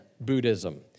Buddhism